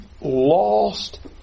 lost